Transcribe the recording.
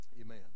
Amen